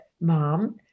mom